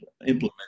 implement